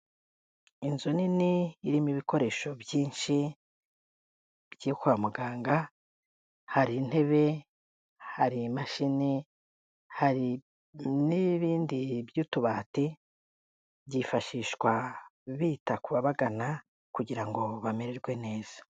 Inzu nini irimo ibikoresho byinshi byo kwa muganga, hari intebe, hari imashini, hari n'ibindi by'utubati, byifashishwa bita ku babagana kugira ngo bamererwe neza.